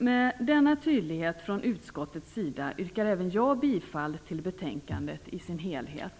Med denna tydlighet från utskottets sida yrkar även jag bifall till utskottets hemställan i betänkandet i dess helhet.